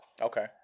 Okay